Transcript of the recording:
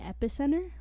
epicenter